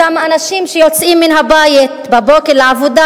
אותם אנשים שיוצאים מן הבית בבוקר לעבודה